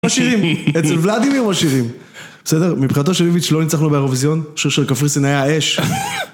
משאירים, אצל ולדימיר הם משאירים. בסדר? מבחינתו של ביביץ' לא ניצחנו באירוויזיון? שושה, קפריסין היה אש.